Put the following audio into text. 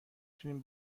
تونیم